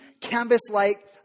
canvas-like